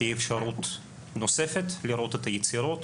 תהיה אפשרות נוספות לראות את היצירות